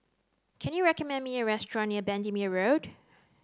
can you recommend me a restaurant near Bendemeer Road